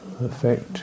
effect